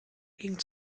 ging